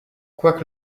quoique